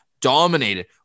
dominated